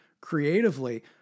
creatively